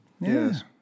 Yes